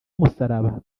umusaraba